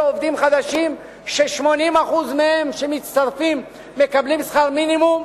עובדים חדשים ש-80% מהם מקבלים שכר מינימום?